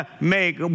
make